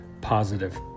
positive